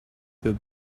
that